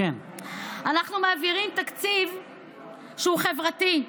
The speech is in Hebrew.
אנחנו מעבירים תקציב שהוא חברתי.